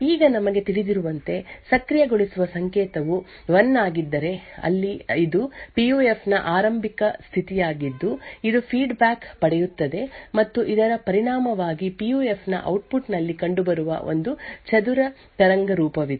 ಈಗ ನಮಗೆ ತಿಳಿದಿರುವಂತೆ ಸಕ್ರಿಯಗೊಳಿಸುವ ಸಂಕೇತವು 1 ಆಗಿದ್ದರೆ ಅಲ್ಲಿ ಇದು ಪಿಯುಎಫ್ ನ ಆರಂಭಿಕ ಸ್ಥಿತಿಯಾಗಿದ್ದು ಇದು ಫೀಡ್ ಬ್ಯಾಕ್ ಪಡೆಯುತ್ತದೆ ಮತ್ತು ಇದರ ಪರಿಣಾಮವಾಗಿ ಪಿಯುಎಫ್ ನ ಔಟ್ಪುಟ್ ನಲ್ಲಿ ಕಂಡುಬರುವ ಒಂದು ಚದರ ತರಂಗರೂಪವಿದೆ